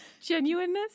Genuineness